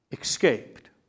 escaped